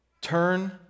Turn